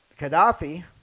Qaddafi